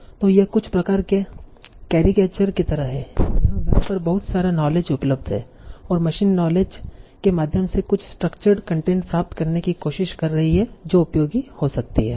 तो यह कुछ प्रकार के कैरिकेचर की तरह है यहाँ वेब पर बहुत सारा नॉलेज उपलब्ध है और मशीन नॉलेज के माध्यम से कुछ स्ट्रक्चर्ड कंटेंट प्राप्त करने की कोशिश कर रही है जो उपयोगी हो सकती है